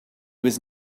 was